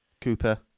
Cooper